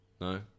No